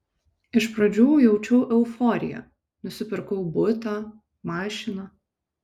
iš pradžių jaučiau euforiją nusipirkau butą mašiną